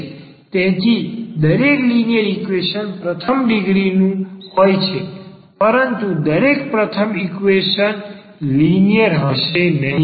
તેથી દરેક linear equation પ્રથમ ડિગ્રીનું હોય છે પરંતુ દરેક પ્રથમ ડિગ્રીનું ઈક્વેશન લિનિયર હશે નહીં